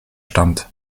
stammt